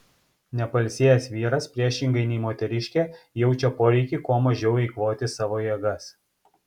nepailsėjęs vyras priešingai nei moteriškė jaučia poreikį kuo mažiau eikvoti savo jėgas